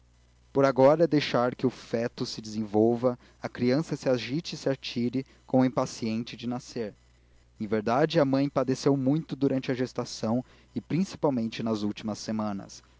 por agora é deixar que o feto se desenvolva a criança se agite e se atire como impaciente de nascer em verdade a mãe padeceu muito durante a gestação e principalmente nas últimas semanas